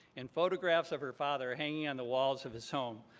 and photographs of her father hanging on the walls of his home,